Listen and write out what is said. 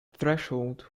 threshold